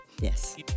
Yes